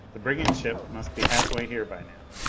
the brigand ship must be half way here by now.